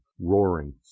roaring